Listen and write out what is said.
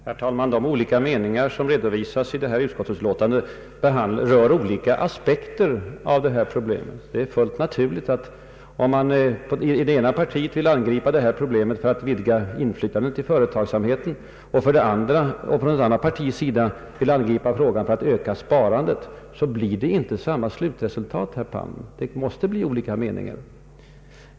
Herr talman! De olika meningar som redovisas i utskottsutlåtandet rör olika aspekter av problemet. Det är fullt naturligt. Om man i det ena partiet vill utvidga inflytandet i företagen och i ett annat parti vill angripa frågan för att öka sparandet, blir det inte samma slutresultat, herr Palm. Det måste bli olika meningar.